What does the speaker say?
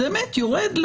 זה באמת יורד,